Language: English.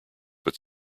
but